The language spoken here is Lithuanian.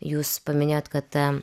jūs paminėjot kad